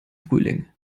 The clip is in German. frühling